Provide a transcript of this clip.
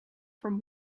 from